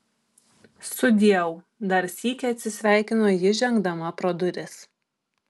sudieu dar sykį atsisveikino ji žengdama pro duris